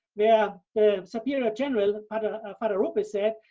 where a superior general, but arrupe said,